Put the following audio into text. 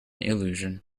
illusion